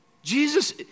Jesus